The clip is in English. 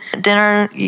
dinner